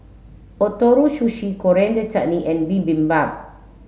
Ootoro Sushi Coriander Chutney and Bibimbap